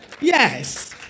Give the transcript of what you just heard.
Yes